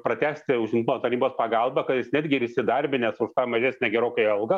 pratęsti užimtumo tarnybos pagalbą kad jis netgi ir įsidarbinęs už tą mažesnę gerokai algą